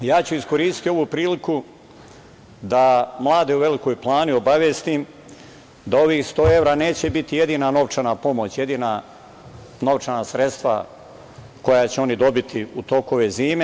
Iskoristiću ovu priliku da mlade u Velikoj Plani obavestim da ovih 100 evra neće biti jedina novčana pomoć, jedina novčana sredstva koja će oni dobiti u toku ove zime.